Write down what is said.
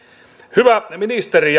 hyvä ministeri